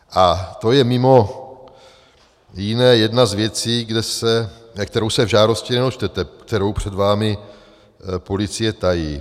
A to je mimo jiné jedna z věcí, kterou se v žádosti nedočtete, kterou před vámi policie tají.